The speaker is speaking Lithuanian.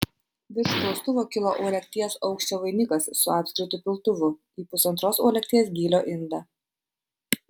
virš praustuvo kilo uolekties aukščio vainikas su apskritu piltuvu į pusantros uolekties gylio indą